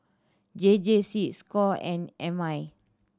J J C score and M I